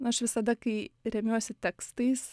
aš visada kai remiuosi tekstais